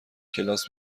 کلاس